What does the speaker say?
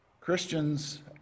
christians